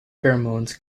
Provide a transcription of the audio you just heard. pheromones